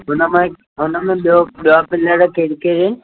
हुन मां हिकु हुन मां ॿियो ॿिया प्लेयर केरु केरु आहिनि